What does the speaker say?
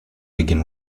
begin